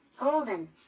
Golden